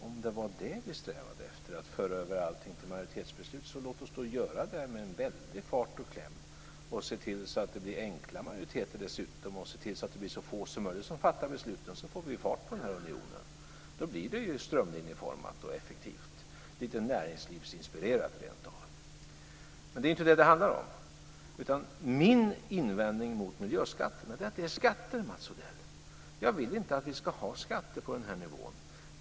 Om det var det vi strävade efter, att föra över allting till majoritetsbeslut, så låt oss göra det med väldig fart och kläm och se till att det blir enkla majoriteter dessutom och se till att det blir så få som möjligt som fattar besluten. Då får vi fart på unionen. Då blir det strömlinjeformat och effektivt, lite näringslivsinspirerat rent av. Men det är inte det det handlar om, utan min invändning mot miljöskatterna är att det är skatter, Mats Odell. Jag vill inte att vi ska ha skatter på den här nivån.